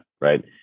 right